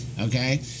okay